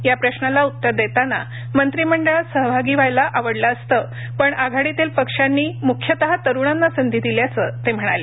या प्रशाला उत्तर देताना मंत्रिमंडळात सहभागी व्हायला आवडलं असतं पण आघाडीतील पक्षांनी मुख्यतः तरुणांना संधी दिल्याचं ते म्हणाले